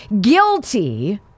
guilty